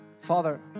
Father